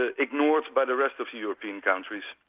ah ignored by the rest of the european countries.